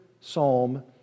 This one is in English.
psalm